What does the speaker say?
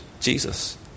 Jesus